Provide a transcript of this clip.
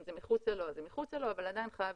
ואם זה מחוצה לו זה מחוצה לו אבל עדיין חייב